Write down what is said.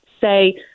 say